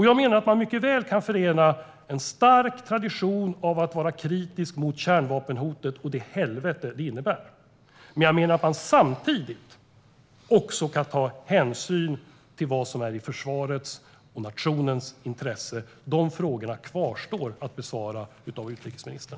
Jag menar att en stark tradition av att vara kritisk mot kärnvapenhotet och det helvete det innebär mycket väl kan förenas med hänsynen till försvarets och nationens intressen. Frågorna kvarstår att besvara för utrikesministern.